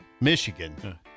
Michigan